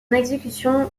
exécution